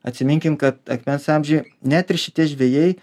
atsiminkim kad akmens amžiuje net ir šitie žvejai